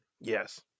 Yes